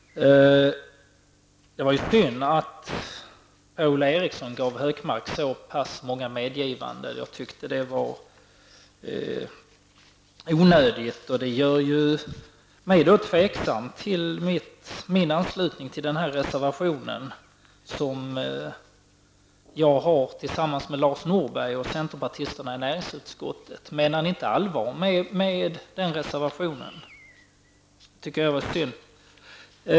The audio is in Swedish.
Det var synd att Per-Ola Eriksson gav Gunnar Hökmark så många medgivanden. Det var onödigt. Det gör mig tveksam till min anslutning till den reservation som jag tillsammans med Lars Norberg och centerpartisterna i näringsutskottet har fogat till betänkandet. Menar ni inte allvar med den reservationen? Det tycker jag vore synd.